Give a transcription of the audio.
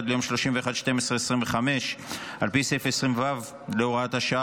עד ליום 31 בדצמבר 2025. על פי סעיף 20(ו) להוראת השעה,